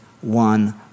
one